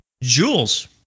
Jules